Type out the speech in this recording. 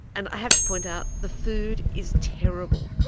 and i have to point out, the food is terrible.